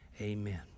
Amen